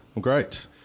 Great